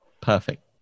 perfect